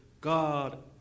God